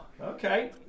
Okay